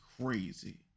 crazy